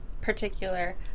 particular